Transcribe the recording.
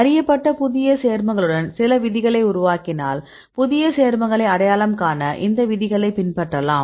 அறியப்பட்ட புதிய சேர்மங்களுடன் சில விதிகளை உருவாக்கினால் புதிய சேர்மங்களை அடையாளம் காண இந்த விதிகளை பின்பற்றலாம்